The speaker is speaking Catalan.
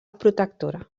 protectora